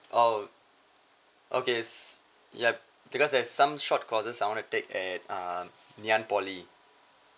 oh okay so yup because there's some short courses I want to take at uh ngee ann poly